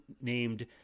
named